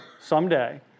someday